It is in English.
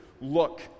look